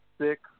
six